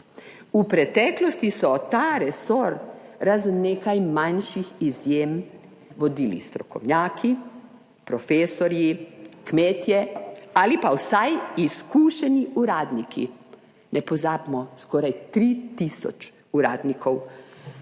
V preteklosti so ta resor razen nekaj manjših izjem, vodili strokovnjaki, profesorji, kmetje ali pa vsaj izkušeni uradniki. Ne pozabimo, skoraj 3 tisoč uradnikov